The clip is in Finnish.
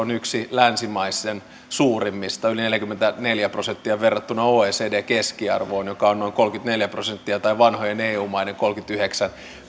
on yksi länsimaiden suurimmista yli neljäkymmentäneljä prosenttia verrattuna oecdn keskiarvoon joka on noin kolmekymmentäneljä prosenttia tai vanhojen eu maiden kolmekymmentäyhdeksän